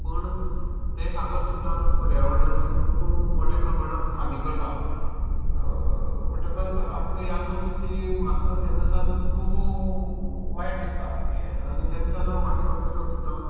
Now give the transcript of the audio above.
पूण तें कागद सुद्दां पर्यावरणाची खूब मोठे प्रमाणांत हानी करता म्हणटकच आमकां ह्या गोश्टीची म्हाका तेन्नासान खूब वायट दिसता की आनी तेंचोना वाटेन सुद्दा